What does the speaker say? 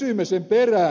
älkääs ed